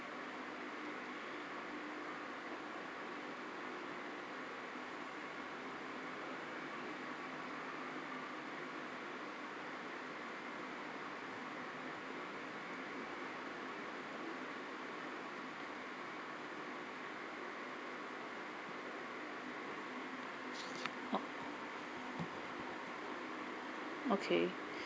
oh okay